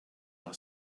are